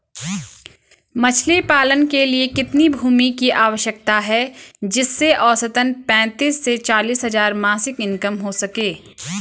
मछली पालन के लिए कितनी भूमि की आवश्यकता है जिससे औसतन पैंतीस से चालीस हज़ार मासिक इनकम हो सके?